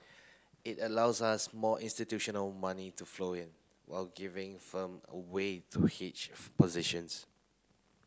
it allows us more institutional money to flow in while giving firm a way to hedge positions